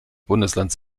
bundesland